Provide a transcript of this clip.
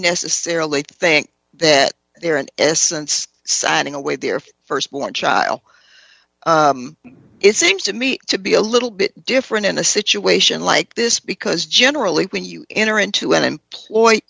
necessarily think that they're an essence signing away their st born child it seems to me to be a little bit different in a situation like this because generally when you enter into an employ